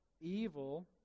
evil